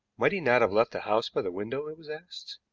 might he not have left the house by the window? it was asked.